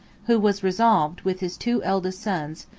who was resolved, with his two eldest sons,